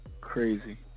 Crazy